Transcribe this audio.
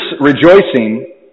rejoicing